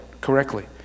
correctly